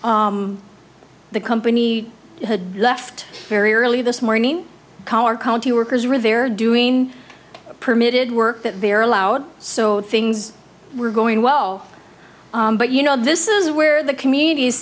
the company left very early this morning car county workers are there doing permitted work that they're allowed so things were going well but you know this is where the communit